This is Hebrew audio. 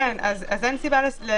אין סיבה לצמצם את זה.